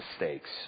mistakes